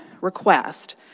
request